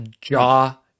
jaw